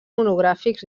monogràfics